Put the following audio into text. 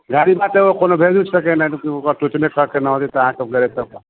गाड़ी बा तऽ एगो कोनो भेजू कि सेकेंड हैंड कि ओकर टो करके न हेतै तऽ अहाँके गैरेज तक